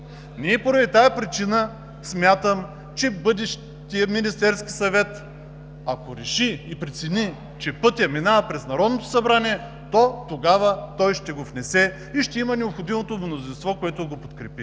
ЛБ.) По тази причина смятам, че ако бъдещият Министерски съвет реши и прецени, че пътят минава през Народно събрание, тогава той ще го внесе и ще има необходимото мнозинство, което да го подкрепи.